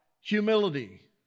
humility